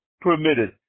permitted